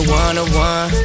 one-on-one